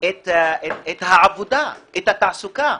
את העבודה ואת התעסוקה.